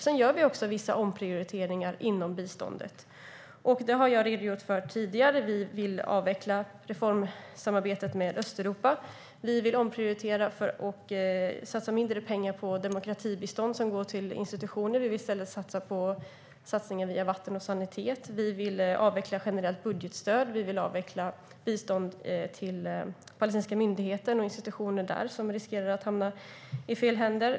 Sedan gör vi också vissa omprioriteringar inom biståndet, vilket jag har redogjort för tidigare. Vi vill avveckla reformsamarbetet med Östeuropa. Vi vill omprioritera och satsa mindre pengar på demokratibistånd till institutioner. Vi vill hellre satsa på vatten och sanitet. Vi vill avveckla generellt budgetstöd. Vi vill avveckla biståndet till den palestinska myndigheten och dess institutioner eftersom pengarna riskerar att hamna i fel händer.